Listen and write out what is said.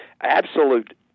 absolute